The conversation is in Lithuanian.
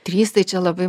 trys tai čia labai